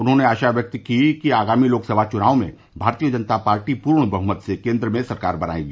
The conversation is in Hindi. उन्होंने आशा व्यक्त की कि आगामी लोकसभा चुनाव में भारतीय जनता पार्टी पूर्ण बह्मत से केन्द्र में सरकार बनायेगी